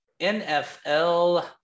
NFL